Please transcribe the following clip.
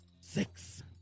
six